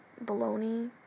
bologna